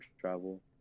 travel